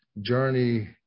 journey